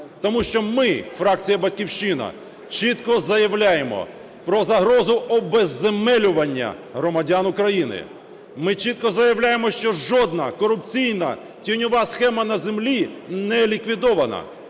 Тому що ми, фракція "Батьківщина", чітко заявляємо про загрозу обезземелювання громадян України. Ми чітко заявляємо, що жодна корупційна тіньова схема на землі не ліквідована,